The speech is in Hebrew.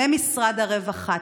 ממשרד הרווחה.